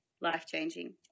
life-changing